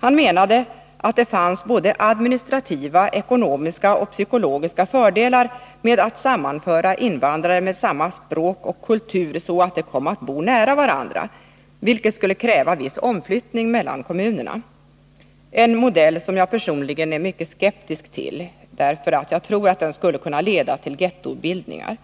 Han menade att det fanns både administrativa, ekonomiska och psykologiska fördelar med att sammanföra invandrare med samma språk och kultur så att de kom att bo nära varandra, vilket skulle kräva viss omflyttning mellan kommunerna. Det är en modell som jag personligen är mycket skeptisk till, därför att jag tror att den skulle kunna leda till gettobildningar.